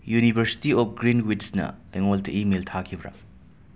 university of ꯒ꯭ꯔꯤꯟꯋꯤꯠꯁꯅ ꯑꯩꯉꯣꯟꯗ email ꯊꯥꯈꯤꯕꯔ